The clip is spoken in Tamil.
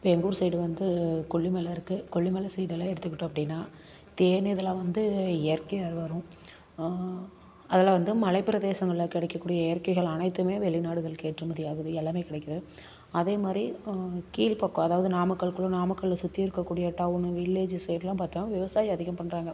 இப்போ எங்கள் ஊர் சைடு வந்து கொல்லிமலை இருக்குது கொல்லிமலை சைடெல்லாம் எடுத்துக்கிட்டோம் அப்படின்னா தேன் இதெல்லாம் வந்து இயற்கையாக வரும் அதெல்லாம் வந்து மலைப்பிரதேசங்களில் கிடைக்கக்கூடிய இயற்கைகள் அனைத்தும் வெளிநாடுகளுக்கு ஏற்றுமதி ஆகுது எல்லாம் கிடைக்குது அதேமாதிரி கீழ் பக்கம் அதாவது நாமக்கலுக்குள்ள நாமக்கல் சுற்றி இருக்கக்கூடிய டவுன் வில்லேஜ் சைடுலாம் பார்த்தா விவசாயம் அதிகம் பண்றாங்க